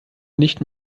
nicht